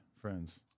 friends